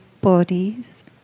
bodies